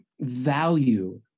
value